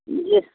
जी